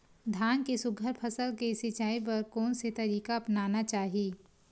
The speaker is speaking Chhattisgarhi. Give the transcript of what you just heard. धान के सुघ्घर फसल के सिचाई बर कोन से तरीका अपनाना चाहि?